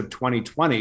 2020